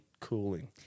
cooling –